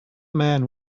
man